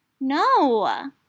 No